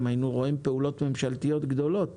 אם היינו רואים פעולות ממשלתיות גדולות